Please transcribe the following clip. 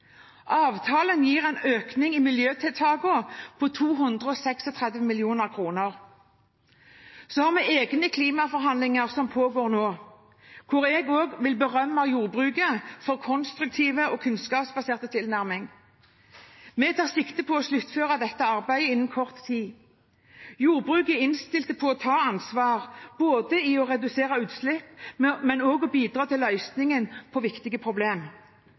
Avtalen gir en økning i miljøtiltakene på 236 mill. kr. Så har vi egne klimaforhandlinger som pågår nå, hvor jeg også vil berømme jordbruket for en konstruktiv og kunnskapsbasert tilnærming. Vi tar sikte på å sluttføre dette arbeidet innen kort tid. Jordbruket er innstilt på å ta ansvar, både når det gjelder å redusere utslipp, og også når det gjelder å bidra til løsningen på dette viktige